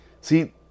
See